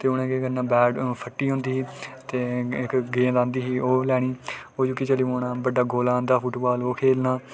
ते उ'नें केह् करना बैट फट्टी होंदी ही ते इक गेंद औंदी ही ओह् लैनी ओह् चुक्की चली पौना बड्डा गोला औंदा हा फुटबॉल ओह् खेलना